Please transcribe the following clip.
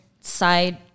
side